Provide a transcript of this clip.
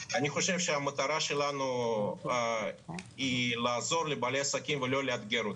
המטרה שלנו היא לעזור לבעלי עסקים ולא לאתגר אותם.